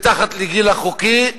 שהן מתחת לגיל החוקי,